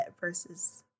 versus